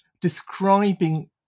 describing